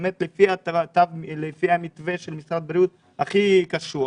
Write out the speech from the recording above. לפי המתווה הקשוח ביותר של משרד הבריאות.